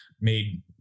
made